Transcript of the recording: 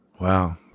Wow